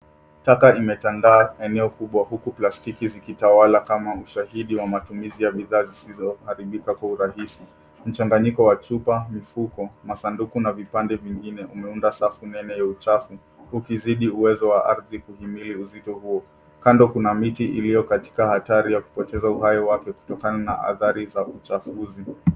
Taka imetanda eneo kubwa huku plastiki zikionekana kama ushahidi wa matumizi ya vizaki vilivyo karibu na kura hizi. Mchanganyiko wa chupa, mifuko, masanduku, na vipande vingine umeunda saku nene la uchafu. Hii inakazia uwezo wa ardhi kushughulikia mizigo hiyo. Kando kuna miti iliyokua katika atari ya pikochero wa watu, tukikatana na kuchangia uchafuzi wa eneo hilo.